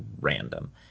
random